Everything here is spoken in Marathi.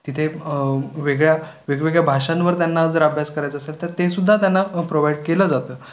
तिथे वेगळ्या वेगवेगळ्या भाषांवर त्यांना जर अभ्यास करायचा असेल तर तेसुद्धा त्यांना प प्रोव्हाइड केलं जातं